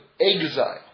exile